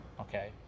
Okay